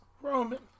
Roman